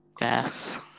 Yes